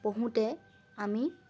পঢ়োঁতে আমি